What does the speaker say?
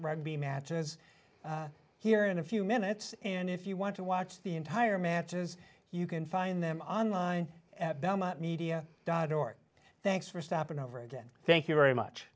rugby matches here in a few minutes and if you want to watch the entire matches you can find them online at belmont media dot org thanks for stopping over again thank you very much